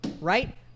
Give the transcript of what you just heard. right